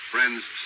Friends